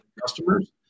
customers